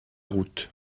route